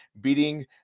beating